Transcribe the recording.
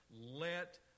Let